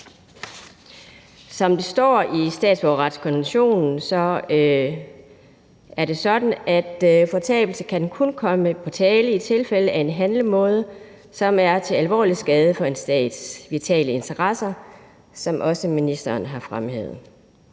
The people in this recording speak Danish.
Som det står i statsborgerretskonventionen, er det sådan, at fortabelse kun kan komme på tale i tilfælde af en handlemåde, som er til alvorlig skade for en stats vitale interesser, hvilket ministeren også har fremhævet.